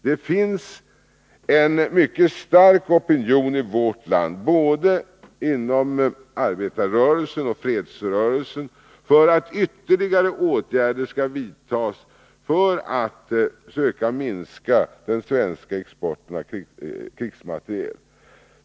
Det finns en mycket stark opinion i vårt land inom både arbetarrörelsen och fredsrörelsen för att ytterligare åtgärder skall vidtas för att minska den svenska exporten av krigsmateriel.